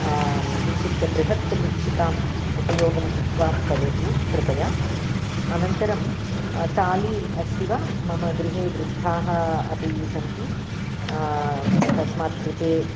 किञ्चित् ब्रुहत् मिर्चिकां उपयोगं कृत्वा करोतु कृपया अनन्तरं ताळी अस्ति वा मम गृहे वृद्धाः अपि सन्ति तस्मात् कृते